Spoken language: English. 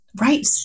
Right